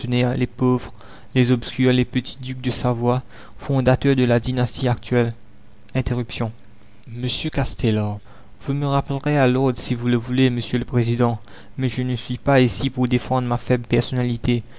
les pauvres les obscurs les petits ducs de savoie fondateurs de la dynastie actuelle interruption m castelar vous me rappellerez à l'ordre si vous le voulez monsieur le président mais je ne suis pas ici pour défendre ma faible personnalité